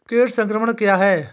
कीट संक्रमण क्या है?